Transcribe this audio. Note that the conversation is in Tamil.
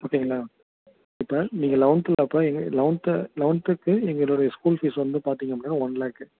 ஓகேங்களா இப்போ நீங்கள் லெவன்த்துக்கு அப்போ எங்கள் லெவன்த்து லெவன்த்துக்கு எங்களுடைய ஸ்கூல் ஃபீஸ் வந்து பார்த்தீங்க அப்படின்னா ஒன் லேக்கு